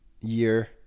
year